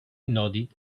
nodded